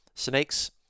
Snakes